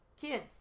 kids